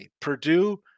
Purdue